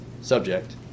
subject